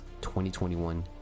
2021